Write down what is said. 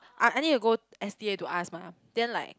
I I need to go S_T_A to ask mah then like